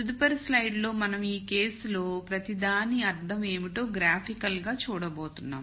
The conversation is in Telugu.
తదుపరి స్లైడ్లో మనం ఈ కేసులో ప్రతి దాని అర్థం ఏమిటో గ్రాఫికల్గా చూడబోతున్నాం